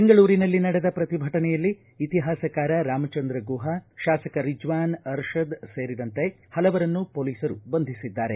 ಬೆಂಗಳೂರಿನಲ್ಲಿ ನಡೆದ ಪ್ರತಿಭಟನೆಯಲ್ಲಿ ಇತಿಹಾಸಕಾರ ರಾಮಚಂದ್ರ ಗುಹಾ ಶಾಸಕ ರಿಜ್ವಾನ್ ಅರ್ಷಾದ್ ಸೇರಿದಂತೆ ಹಲವರನ್ನು ಪೊಲೀಸರು ಬಂಧಿಸಿದ್ದಾರೆ